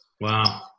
Wow